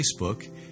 Facebook